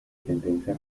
tendencia